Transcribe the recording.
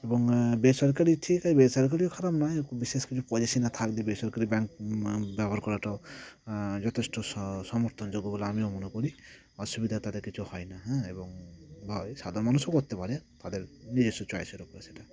এবং বেসরকারি ঠিক আর বেসরকারিও খারাপ নয় বিশেষ কিছু পলিসি না থাকলে বেসরকারি ব্যাংক ব্যবহার করাটাও যথেষ্ট স সমর্থনযোগ্য বলে আমিও মনে করি অসুবিধা তাতে কিছু হয় না হ্যাঁ এবং হয় সাধারণ মানুষও করতে পারে তাদের নিজস্ব চয়েসের উপরে সেটা